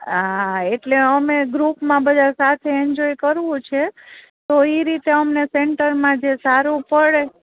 હા એટલે અમે ગ્રુપમાં બધાં સાથે એન્જોય કરવું છે તો ઈ રીતે અમને સેન્ટરમાં જે સારું પડે